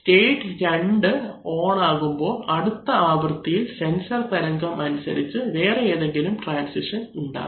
state 2 on ആകുമ്പോൾ അടുത്ത ആവൃത്തിയിൽ സെൻസർ തരംഗം അനുസരിച്ച് വേറെ ഏതെങ്കിലും ട്രാൻസിഷൻ ഉണ്ടാകും